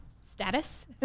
status